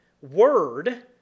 word